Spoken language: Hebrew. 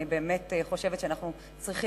אני באמת חושבת שאנחנו צריכים,